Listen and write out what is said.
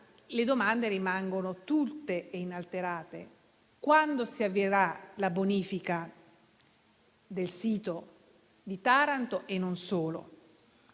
le domande rimangono tutte e inalterate: quando si avvierà la bonifica del sito di Taranto e non solo?